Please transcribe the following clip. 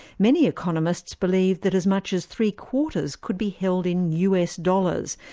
many economists believe that as much as three-quarters could be held in us dollars,